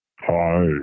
hi